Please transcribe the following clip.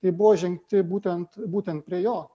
tai buvo žengti būtent būtent prie jo